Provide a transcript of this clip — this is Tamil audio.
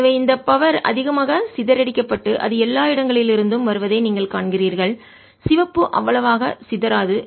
எனவே இந்த பவர் சக்தி அதிகமாக சிதறடிக்கப்பட்டு அது எல்லா இடங்களிலிருந்தும் வருவதை நீங்கள் காண்கிறீர்கள் சிவப்பு அவ்வளவு சிதறாது